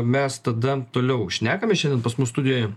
mes tada toliau šnekame šiandien pas mus studijoj